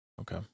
Okay